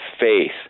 faith